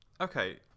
Okay